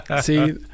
See